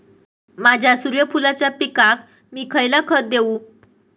माझ्या सूर्यफुलाच्या पिकाक मी खयला खत देवू?